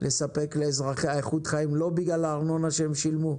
לספק לאזרחיה איכות חיים לא בגלל הארנונה שהם שילמו.